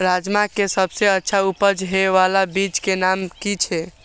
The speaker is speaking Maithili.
राजमा के सबसे अच्छा उपज हे वाला बीज के नाम की छे?